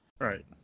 Right